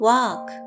Walk